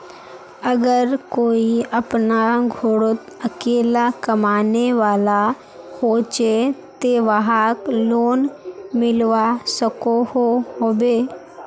अगर कोई अपना घोरोत अकेला कमाने वाला होचे ते वाहक लोन मिलवा सकोहो होबे?